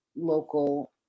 local